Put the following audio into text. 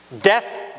Death